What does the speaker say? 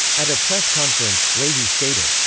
at a press conference, leahy stated,